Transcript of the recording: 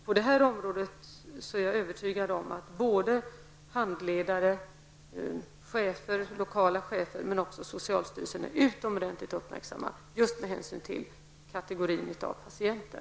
På det området är jag övertygad om att handledare, lokala chefer och också socialstyrelsen är utomordentligt uppmärksamma just med hänsyn till denna kategori av patienter.